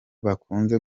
bakunze